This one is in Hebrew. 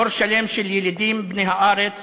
דור שלם של ילידים בני הארץ